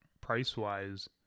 price-wise